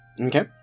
Okay